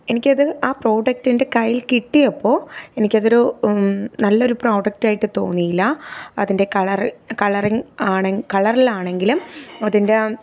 എനിക്കത് ആ പ്രോഡക്റ്റ് എൻ്റെ കയ്യിൽ കിട്ടിയപ്പോൾ എനിക്ക് അതൊരു നല്ലൊരു പ്രോഡക്റ്റ് ആയിട്ട് തോന്നിയില്ല അതിൻ്റെ കളർ കളറിങ്ങ് ആണ് കളറിലാണെങ്കിലും അതിൻ്റെ